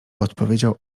odpowiedział